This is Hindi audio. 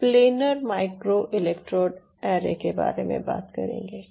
प्लेनर माइक्रो इलेक्ट्रोड ऐरे के बारे में बात करेंगे